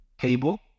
cable